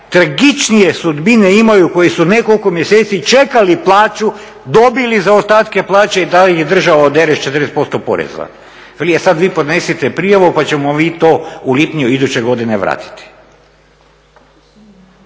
najtragičnije sudbine imaju koji su nekoliko mjeseci čekali plaću, dobili zaostatke plaće i dalje ih država odere s 40% poreza. Veli e sad vi podnesite prijavu pa ćemo mi to u lipnju iduće godine vratiti.